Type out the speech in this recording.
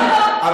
שהתחצפתי,